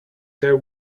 there